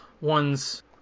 one's